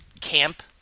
Camp